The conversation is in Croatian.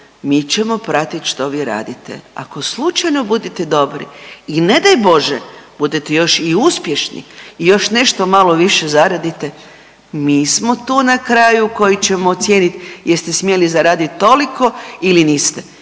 mi ćemo pratit što vi radite, ako slučajno budete dobri i ne daj Bože budete još i uspješni i još nešto malo više zaradite mi smo tu na kraju koji ćemo ocijenit jeste smjeli zaradit toliko ili niste